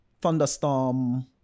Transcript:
Thunderstorm